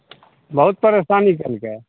बहुत परेशानी कयलकइ